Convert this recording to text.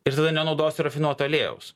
ir tada nenaudosiu rafinuoto aliejaus